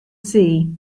see